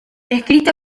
escrita